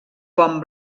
pont